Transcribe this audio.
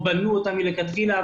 או בנו אותם מלכתחילה.